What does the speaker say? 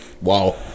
wow